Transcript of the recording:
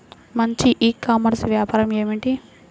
మంచి e commerce వ్యాపారం ఏమిటీ?